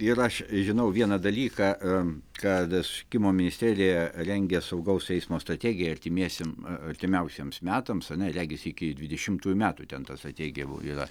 ir aš žinau vieną dalyką kad susisiekimo ministerija rengia saugaus eismo strategiją artimiesiem artimiausiems metams ane regis iki dvidešimtųjų metų ten tas teigiamų yra